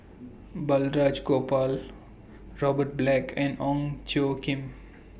Balraj Gopal Robert Black and Ong Tjoe Kim